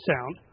sound